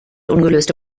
ungelöste